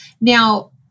Now